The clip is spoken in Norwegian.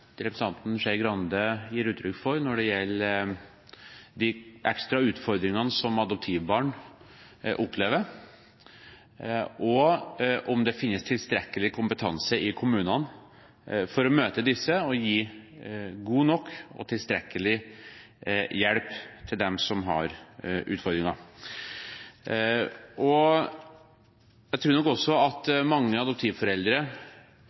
representanten Skei Grande gir uttrykk for når det gjelder de ekstra utfordringene som adoptivbarn opplever, og om det finnes tilstrekkelig kompetanse i kommunene for å møte disse og gi god nok og tilstrekkelig hjelp til dem som har utfordringer. Jeg tror nok også at mange adoptivforeldre